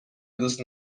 دوست